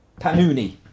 Panuni